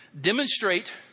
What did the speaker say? Demonstrate